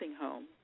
home